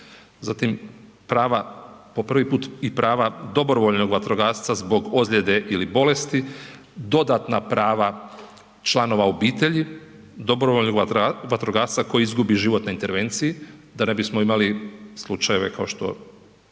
prava, po prvi put i prava dobrovoljnog vatrogasca zbog ozljede ili bolesti, dodatna prava članova obitelji dobrovoljnog vatrogasca koji izgubi život na intervenciji da ne bismo imali slučajeve kao što